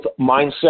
mindset